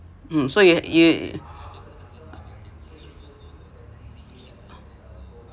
um so you you